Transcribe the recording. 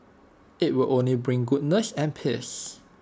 IT will only bring goodness and peace